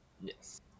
Yes